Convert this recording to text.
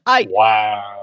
Wow